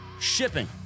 shipping